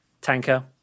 tanker